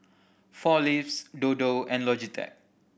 Four Leaves Dodo and Logitech